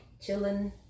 Chilling